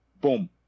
Boom